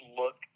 look